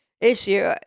issue